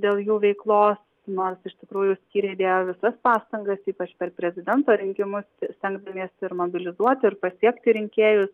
dėl jų veiklos nors iš tikrųjų skyriai dėjo visas pastangas ypač per prezidento rinkimus stengdamiesi ir mobilizuoti ir pasiekti rinkėjus